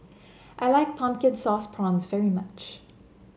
I like Pumpkin Sauce Prawns very much